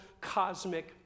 cosmic